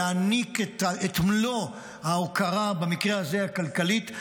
להעניק את מלוא ההוקרה במקרה הזה הכלכלית,